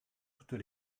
toutes